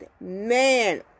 man